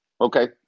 Okay